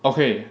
okay